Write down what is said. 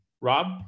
Rob